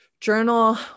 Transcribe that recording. journal